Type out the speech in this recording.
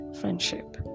friendship